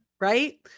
Right